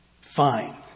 fine